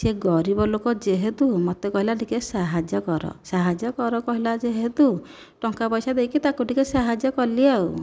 ସିଏ ଗରିବ ଲୋକ ଯେହେତୁ ମୋତେ କହିଲା ଟିକେ ସାହାଯ୍ୟ କର ସାହାଯ୍ୟ କର କହିଲା ଯେହେତୁ ଟଙ୍କା ପଇସା ଦେଇକି ତାକୁ ଟିକେ ସାହାଯ୍ୟ କଲି ଆଉ